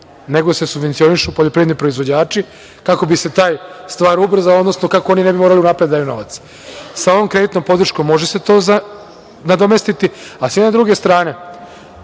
nego se subvencionišu poljoprivredni proizvođači, kako bi se ta stvar ubrzala, odnosno kako oni ne bi morali unapred da daju novac? Sa ovom kreditnom podrškom može se to nadomestiti, a s jedne druge strane